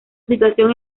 situación